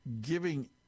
giving